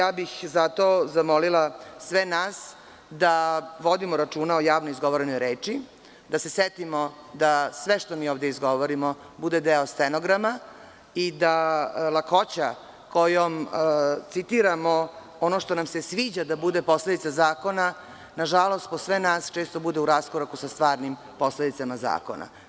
Zato bih zamolila sve nas da vodimo računa o javnoj izgovorenoj reči, da se setimo da sve što ovde izgovorimo bude deo stenograma i da lakoća kojom citiramo ono što nam se sviđa da bude posledica zakona, nažalost po sve nas često bude u raskoraku sa stvarnim posledicama zakona.